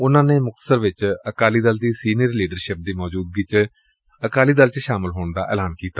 ਉਨੁਾਂ ਨੇ ਮੁਕਤਸਰ ਵਿਚ ਅਕਾਲੀ ਦਲ ਦੀ ਸੀਨੀਅਰ ਲੀਡਰਸ਼ਿਪ ਦੀ ਮੌਜੁਦਗੀ ਵਿਚ ਅਕਾਲੀ ਦਲ ਵਿਚ ਸ਼ਾਮਲ ਹੋਣ ਦਾ ਐਲਾਨ ਕੀਤਾ